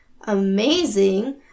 amazing